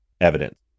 evidence